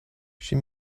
she